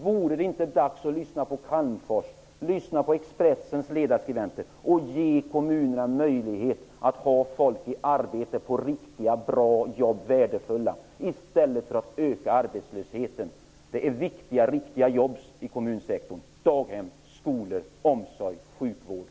Vore det inte dags att lyssna på Calmfors, att lyssna på Expressens ledarskribenter, och ge kommunerna en möjlighet att ha folk i arbete på riktiga jobb i kommunsektorn, på daghem, i skolor, i omsorg och i sjukvård, i stället för att öka arbetslösheten?